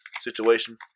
situation